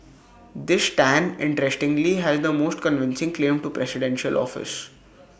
this Tan interestingly has the most convincing claim to presidential office